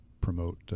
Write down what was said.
promote